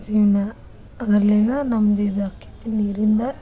ಜೀವನ ಅದ್ರಲ್ಲಿ ಏನಾರೂ ನಮ್ಗೆ ಇದು ಆಕೈತಿ ನೀರಿಂದ